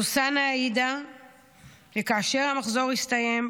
סוסנה העידה שכאשר המחזור הסתיים,